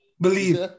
Believe